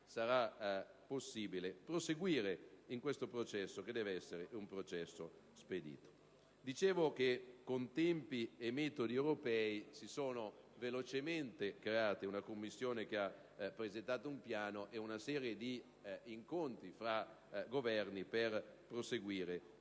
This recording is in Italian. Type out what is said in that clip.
possibile proseguire in questo processo, che deve essere spedito. Dicevo che con tempi e metodi europei è stata velocemente creata una commissione, che ha presentato un piano, e si è svolta una serie di incontri fra Governi per proseguire su questa